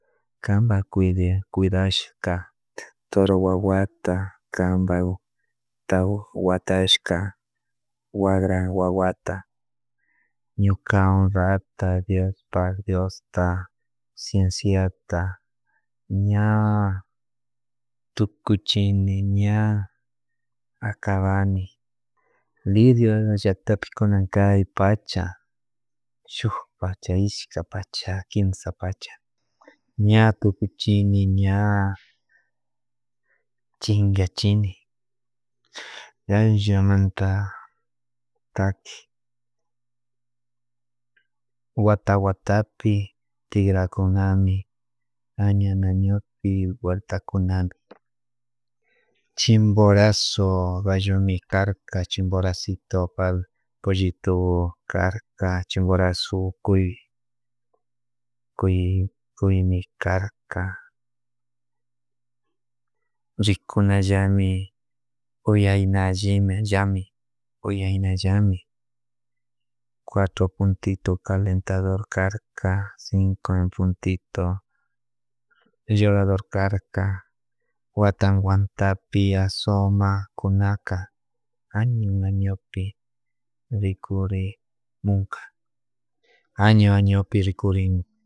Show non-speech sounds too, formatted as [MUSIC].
Kanpa [HESITATION] kuidashka torowawata kampatak watashka wakran wawata ñuka horata diospak diosta cienciata ña tukuy chikmi ña acabani lirio llaktapi kunankay pacha shuk pacha ishka pacha kinsa pacha ña tukuychikmi ña chinkachini [HESITATION] ñan llamanta taki watawatapi tigrakunami mañana ñukpi watakunana chimpurazo gallomikarka chimboracitopak pollito karka chimborazo urkuy kuy kuymikarka rikunallami kuyaina allimi llami kuyaina llami cuatro puntitu calentadorkarka cinco en puntito llorador karka watan watapia asomakunaka añomañopi rikuri munka año añopi rikurin